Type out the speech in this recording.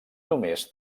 només